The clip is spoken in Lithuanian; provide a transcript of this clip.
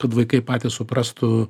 kad vaikai patys suprastų